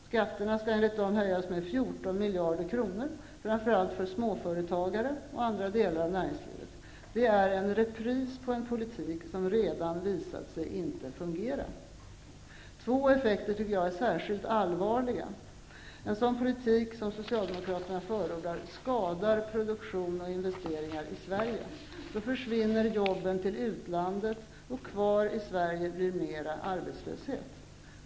Skatterna skall enligt dem höjas med 14 miljarder kronor för framför allt småföretagare och andra delar av näringslivet. Det är en repris av en politik som redan visat sig inte fungera. Jag tycker att två effekter är särskilt allvarliga. En sådan politik som Socialdemokraterna förordar skadar produktion och investeringar i Sverige. Då försvinner jobben till utlandet, och kvar i Sverige blir mer arbetslöshet.